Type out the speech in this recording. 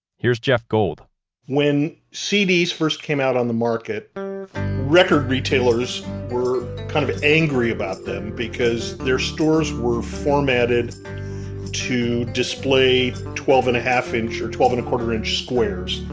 here's jeff gold when cds first came out on the market, record retailers were kind of angry about them because their stores were formatted to display twelve and a half inch or twelve and a quarter inch squares.